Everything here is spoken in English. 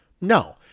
No